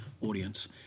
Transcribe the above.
audience